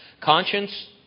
Conscience